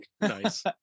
Nice